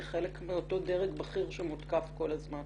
כחלק מאותו דרג בכיר שמותקף כל הזמן.